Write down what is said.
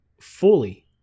fully